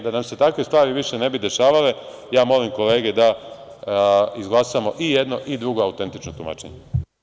Da nam se takve stvari više ne bi dešavale, ja molim kolege da izglasamo i jedno i drugo autentično tumačenje.